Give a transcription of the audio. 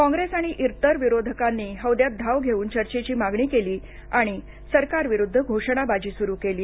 Congress आणि इतर विरोधकांनी हौद्यात धाव घेऊन चर्चेची मागणी केली आणि सरकारविरुद्ध घोषणाबाजी स्रू केली